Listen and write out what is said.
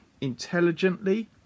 intelligently